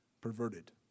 perverted